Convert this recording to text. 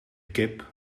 kip